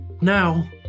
now